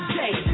day